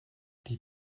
die